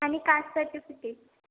आणि caste certificate